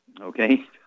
okay